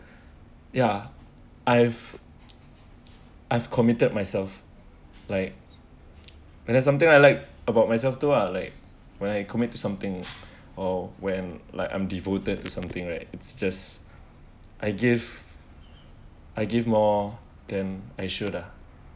ya I've I've committed myself like when there's something I like about myself too lah like when I commit to something or when like I'm devoted to something right it's just I give I give more than I should uh